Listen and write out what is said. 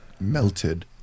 Melted